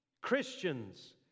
Christians